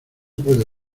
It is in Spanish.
puede